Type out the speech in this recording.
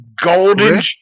golden